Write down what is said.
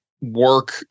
work